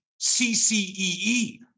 CCEE